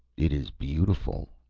it is beautiful,